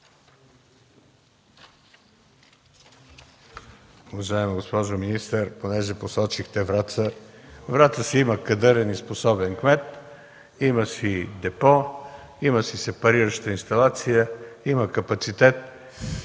Уважаема госпожо министър, понеже посочихте Враца – Враца си има кадърен и способен кмет, има си депо, има си сепарираща инсталация, има капацитет.